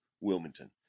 Wilmington